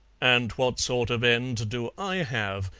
and what sort of end do i have?